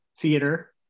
theater